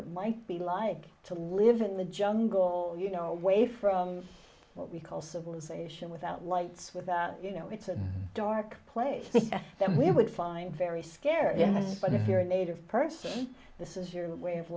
it might be like to live in the jungle you know way from what we call civilization without lights with you know it's a dark place that we would find very scary but if you're a native person this is your way of